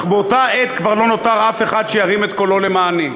אך באותה עת כבר לא נותר אף אחד שירים את קולו למעני".